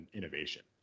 innovation